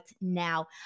now